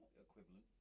equivalent